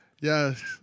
Yes